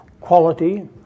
quality